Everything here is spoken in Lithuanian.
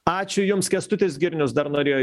ačiū jums kęstutis girnius dar norėjo